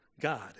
God